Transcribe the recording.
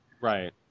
Right